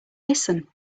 listen